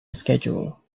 schedule